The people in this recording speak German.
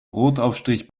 brotaufstrich